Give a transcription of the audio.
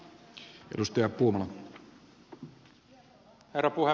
herra puhemies